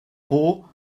pur